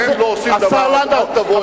המשטר האסלאמי של ארדואן.